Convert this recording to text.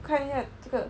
看一看这个